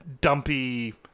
Dumpy